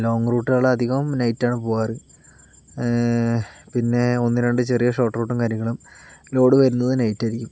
long റൂട്ടുകളധികം നൈറ്റാണ് പോകാറ് പിന്നെ ഒന്ന് രണ്ട് ചെറിയ ഷോട്ട് റൂട്ടും കാര്യങ്ങളും ലോഡ് വരുന്നത് നൈറ്റായിരിക്കും